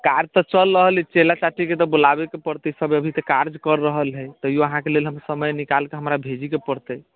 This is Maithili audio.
कार तऽ चल रहल हइ चेला चपाटीके तऽ बुलाबयके पड़तै सभ अभी तऽ कार्य करि रहल हइ तैओ अहाँके लेल हम समय निकालिके हमरा भेजयके पड़तै